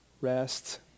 rest